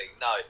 No